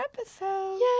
episode